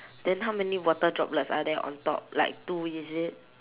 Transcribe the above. then how many water droplets are there on top like two is it